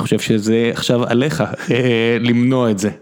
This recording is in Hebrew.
אני חושב שזה עכשיו עליך למנוע את זה.